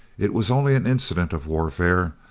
it was only an incident of warfare,